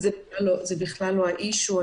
זה בכלל לא האישו.